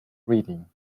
reading